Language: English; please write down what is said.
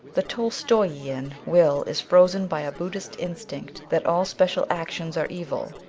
the tolstoian's will is frozen by a buddhistic instinct that all special actions are evil.